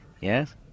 Yes